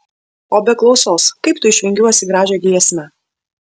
o be klausos kaip tu išvingiuosi gražią giesmę